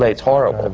it's horrible.